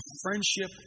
friendship